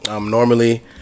Normally